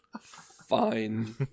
Fine